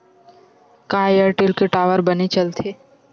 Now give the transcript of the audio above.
का एयरटेल के टावर बने चलथे?